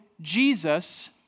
Jesus